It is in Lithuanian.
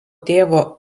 tėvo